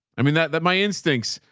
i mean that, that my instincts,